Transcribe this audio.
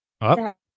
up